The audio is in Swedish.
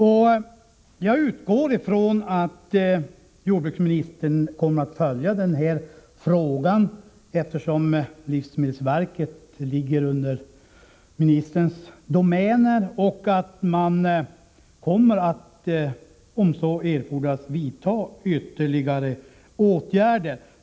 Jag utgår ifrån att jordbruksministern kommer att följa den här frågan, eftersom livsmedelsverket hör till jordbruksministerns domäner, och att regeringen om så erfordras kommer att vidta ytterligare åtgärder.